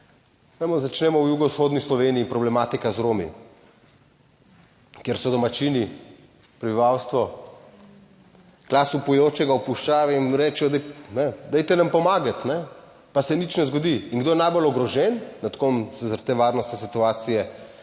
začnemo v jugovzhodni Sloveniji, problematika z Romi, kjer so domačini, prebivalstvo glas vpijočega v puščavi in rečejo, da ne dajte nam pomagati, pa se nič ne zgodi. In kdo je najbolj ogrožen, nad kom se zaradi te varnostne situacije